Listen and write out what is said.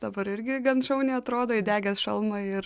dabar irgi gan šauniai atrodo įdegęs šalmą ir